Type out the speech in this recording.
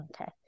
Okay